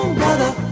brother